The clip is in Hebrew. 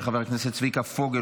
של חבר הכנסת צביקה פוגל,